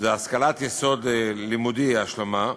שזה השכלת יסוד ולימודי השלמה,